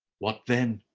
what then?